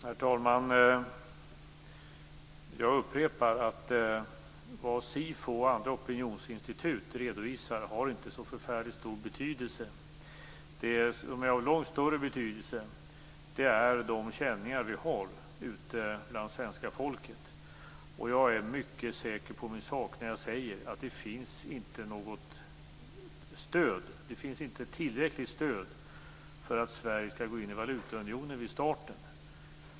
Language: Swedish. Herr talman! Jag upprepar att det som SIFO och andra opinionsinstitut redovisar inte har så stor betydelse. Det som är av långt större betydelse är de känningar vi har ute bland svenska folket. Jag är mycket säker på min sak när jag säger att det inte finns tillräckligt stöd för att Sverige skall gå in i valutaunionen vid starten.